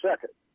second